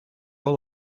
all